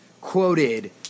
quoted